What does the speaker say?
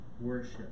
worship